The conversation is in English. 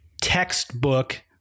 textbook